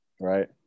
Right